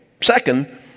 second